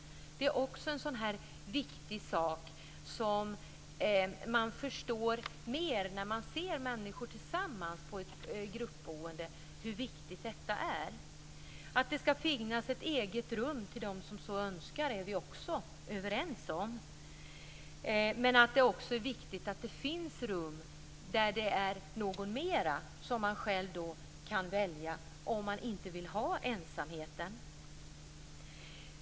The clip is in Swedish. Hur viktigt detta är förstår man mer när man ser människor tillsammans i ett gruppboende. Att det skall finnas ett eget rum till dem som så önskar är vi också överens om. Det är också viktigt att det finns rum där det är någon mer som man kan välja om man inte vill ha ensamheten.